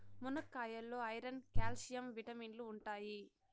మునక్కాయాల్లో iron, calcium విటమిన్లు ఉంటాయి